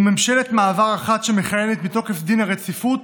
וממשלת מעבר אחת שמכהנת מתוקף דין הרציפות,